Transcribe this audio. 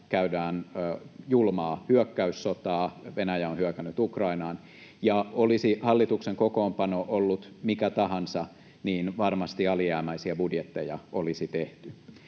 käydään julmaa hyökkäyssotaa, Venäjä on hyökännyt Ukrainaan, ja olisi hallituksen kokoonpano ollut mikä tahansa, niin varmasti alijäämäisiä budjetteja olisi tehty.